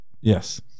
yes